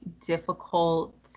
difficult